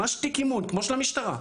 ממש תיק אימון כמו של המשטרה,